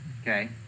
Okay